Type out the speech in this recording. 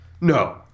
No